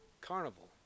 Carnival